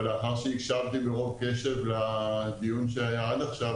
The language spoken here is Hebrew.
ולאחר שהקשבתי ברוב קשב לדיון שהיה עד עכשיו,